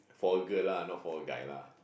for girl lah not for guy lah